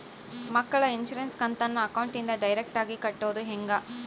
ಮಕ್ಕಳ ಇನ್ಸುರೆನ್ಸ್ ಕಂತನ್ನ ಅಕೌಂಟಿಂದ ಡೈರೆಕ್ಟಾಗಿ ಕಟ್ಟೋದು ಹೆಂಗ?